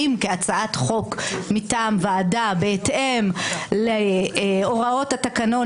אם כהצעת חוק מטעם ועדה בהתאם להוראות התקנון,